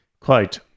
Quote